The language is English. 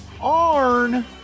Arn